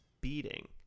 beating